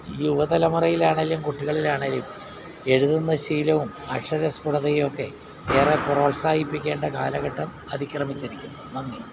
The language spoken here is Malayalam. ഈ യുവ തലമുറയിലാണേലും കുട്ടികളിലാണേലും എഴുതുന്ന ശീലവും അക്ഷര സ്പുടതയൊക്കെ ഏറെ പ്രോത്സാഹിപ്പിക്കേണ്ട കാലഘട്ടം അതിക്രമിച്ചിരിക്കുന്നു നന്ദി